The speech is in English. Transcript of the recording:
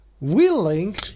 willing